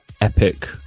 epic